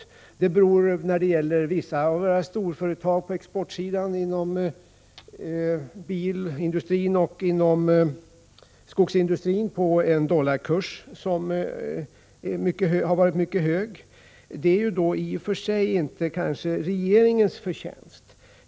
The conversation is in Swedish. Och det beror, när det gäller vissa av våra stora exportföretag inom bilindustri och skogsindustri, på en dollarkurs som har varit mycket hög. Det är i och för sig kanske inte regeringens förtjänst.